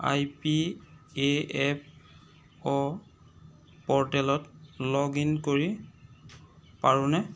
I P A F O প'ৰ্টেলত log in কৰি পাৰোঁনে